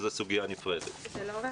לא.